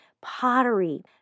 pottery